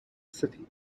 city